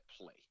play